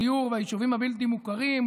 הדיור והיישובים הבלתי-מוכרים,